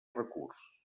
recurs